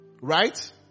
Right